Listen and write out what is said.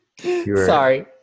Sorry